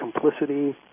complicity